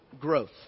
growth